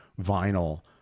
vinyl